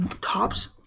tops